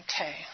Okay